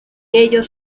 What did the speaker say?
ellos